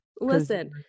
Listen